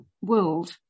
world